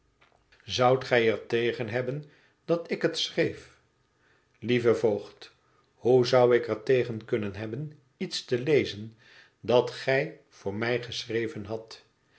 zoudt gij er tegen hebben dat ik het schreef lieve voogd hoe zou ik er tegen kunnen hebben iets te lezen dat gij voor mij geschreven hadt